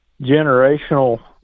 generational